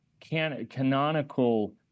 canonical